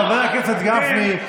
חבר הכנסת גפני,